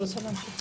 זה הלקח שלנו.